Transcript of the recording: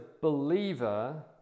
believer